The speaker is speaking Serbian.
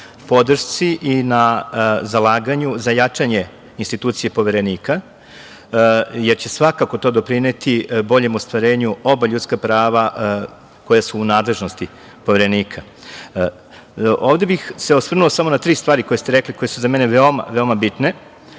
podršci i na zalaganju za jačanje institucije Poverenika, jer će svakako to doprineti boljem ostvarenju oba ljudska prava koja su u nadležnosti Poverenika. Ovde bih se osvrnuo samo na tri stvari koje ste rekli, koje su za mene veoma,